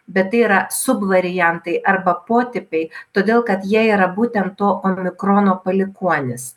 bet tai yra subvariantai arba potipiai todėl kad jie yra būtent to omikrono palikuonys